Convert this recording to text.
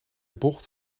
bocht